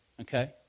okay